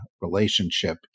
relationship